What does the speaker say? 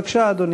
בבקשה, אדוני.